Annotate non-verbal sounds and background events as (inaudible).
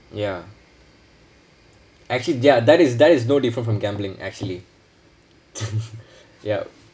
ya actually ya that is that is no different from gambling actually (laughs) yup